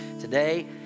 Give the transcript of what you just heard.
Today